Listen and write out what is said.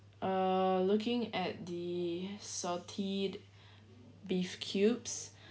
uh looking at the salty beef cubes